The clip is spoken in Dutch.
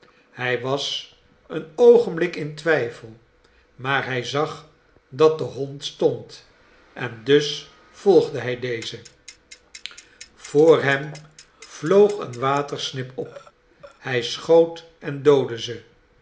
hij was een oogenblik in twijfel maar hij zag dat de hond stond en dus volgde hij dezen voor hem vloog een watersnip op hij schoot en doodde ze